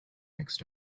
next